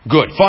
Good